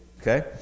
okay